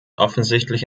offensichtlich